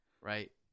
Right